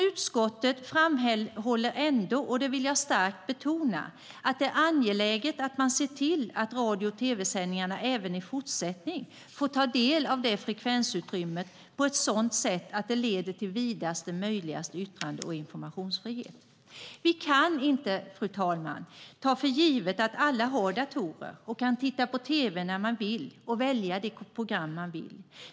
Utskottet framhåller ändå, och det vill jag starkt betona, att det är angeläget att man ser till att radio och tv-sändningarna även i fortsättningen får ta del av frekvensutrymmet på ett sådant sätt att det leder till vidaste möjliga yttrande och informationsfrihet. Vi kan inte, fru talman, ta för givet att alla har datorer och kan titta på tv när de vill och välja de program de vill.